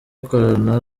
ikorana